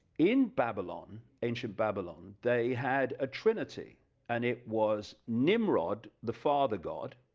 in babylon ancient babylon, they had a trinity and it was nimrod the father god,